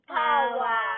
power